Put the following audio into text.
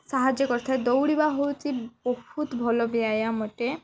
ସାହାଯ୍ୟ କରିଥାଏ ଦୌଡ଼ିବା ହେଉଛି ବହୁତ ଭଲ ବ୍ୟାୟାମ ଅଟେ